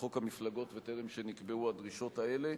חוק המפלגות וטרם נקבעו הדרישות האלה.